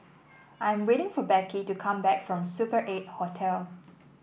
I am waiting for Beckie to come back from Super Eight Hotel